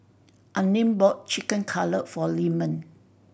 Unnamed bought Chicken Cutlet for Lyman